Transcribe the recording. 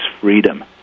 freedom